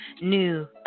new